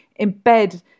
embed